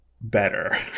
better